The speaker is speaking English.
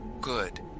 Good